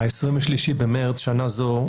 ב-23 במרס שנה זו,